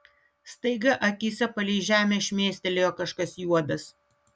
staiga akyse palei žemę šmėstelėjo kažkas juodas